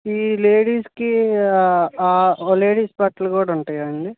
ఈ లేడీస్కి లేడీస్ బట్టలు కూడా ఉంటాయా అండి